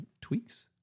tweaks